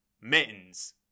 Mittens